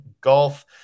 golf